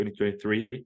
2023